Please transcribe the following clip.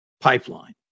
pipeline